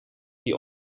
die